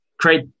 create